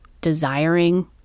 desiring